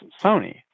Sony